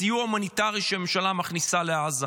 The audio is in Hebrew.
הסיוע ההומניטרי שהממשלה מכניסה לעזה